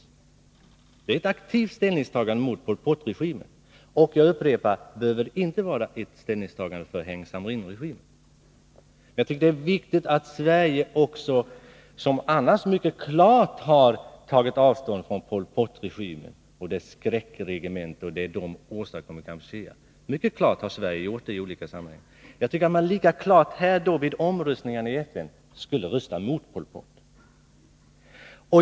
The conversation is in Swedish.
Det är ett aktivt ställningstagande mot Pol Pot-regimen. Jag upprepar: Det behöver inte innebära ett ställningstagande för Heng Samrin-regimen. Det är också viktigt att Sverige, som annars i olika sammanhang mycket klart har tagit avstånd från Pol Pot-regimen, dess skräckregemente och det som man åstadkommit i Kampuchea, också röstar mot Pol Pot vid omröstningarna i FN.